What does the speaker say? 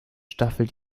staffel